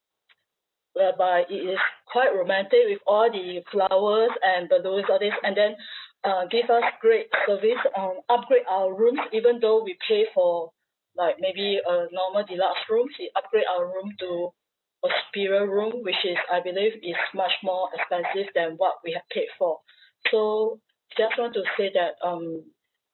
whereby it is quite romantic with all the flowers and balloons all these and then uh give us great service on upgrade our room even though we pay for like maybe a normal deluxe room he upgrade our room to a superior room which is I believe is much more expensive than what we had paid for so just want to say that um